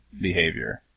behavior